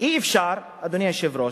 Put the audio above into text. אי-אפשר, אדוני היושב-ראש,